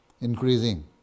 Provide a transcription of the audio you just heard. increasing